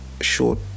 short